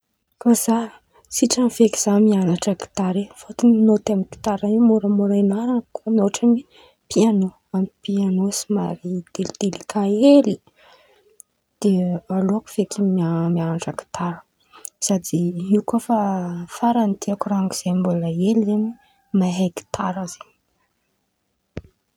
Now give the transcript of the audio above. Kô za sitran̈y feky za mian̈atra gitara e fôtiny nôty amy gitara in̈y môramôra ianaran̈a koa miôtran̈y pianô, fa pianô somary telitelikà hely de aleoko feky mian̈atra gitara; sady io koa fa faran̈y tiako rango zay mbala hely mahay gitara zen̈y.